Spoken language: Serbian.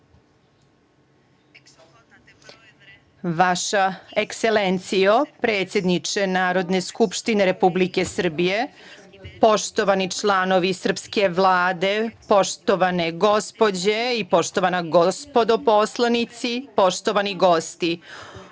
Vaša Ekselencijo predsedniče Narodne skupštine Republike Srbije, poštovani članovi srpske Vlade, poštovane gospođe i poštovana gospodo poslanici, poštovani gosti,